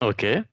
Okay